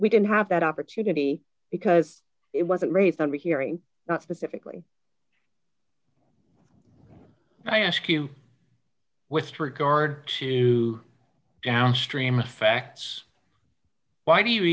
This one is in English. we didn't have that opportunity because it wasn't raised on rehearing not specifically i ask you which to regard to downstream facts why do you